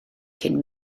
cyn